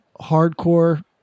hardcore